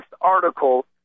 article